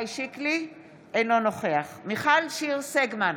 אינו נוכח מיכל שיר סגמן,